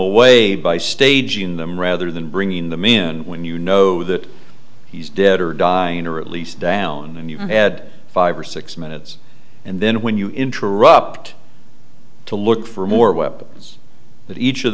away by staging them rather than bringing them in when you know that he's dead or dying or at least down then you had five or six minutes and then when you interrupt to look for more weapons but each of